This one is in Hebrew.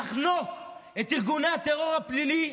נחנוק את ארגוני הטרור הפלילי,